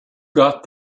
got